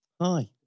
Hi